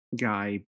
guy